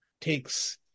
takes